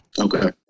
Okay